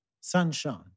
sunshine